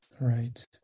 Right